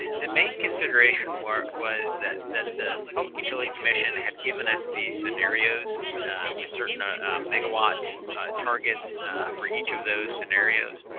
the main consideration was that that the public utility commission had given us these scenarios with certain ah megawatt targets for each of those scenarios,